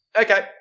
Okay